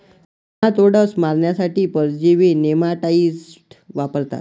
nematodes मारण्यासाठी परजीवी नेमाटाइड्स वापरतात